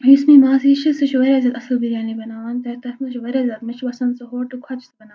یُس مےٚ ماسی چھِ سُہ چھُ واریاہ زیادٕ اَصل بِریانی بَناوان تِکیٛازِ تَتھ منٛز چھِ واریاہ زیادٕ مےٚ چھِ باسان سُہ ہوٹلہٕ کھۄتہٕ چھِ سۅ بناوان